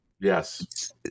yes